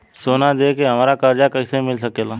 सोना दे के हमरा कर्जा कईसे मिल सकेला?